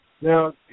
Now